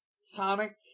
Sonic